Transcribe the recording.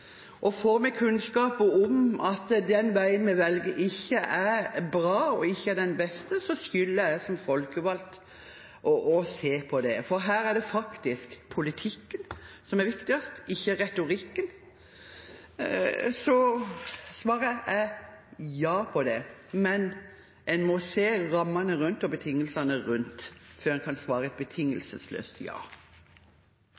mulig. Får vi kunnskaper om at den veien vi velger, ikke er bra og ikke er den beste, skylder jeg som folkevalgt å se på det. Her er det faktisk politikken som er viktigst, ikke retorikken. Svaret er ja, men en må se rammene og betingelsene rundt før en kan svare et